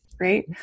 right